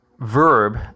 verb